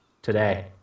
Today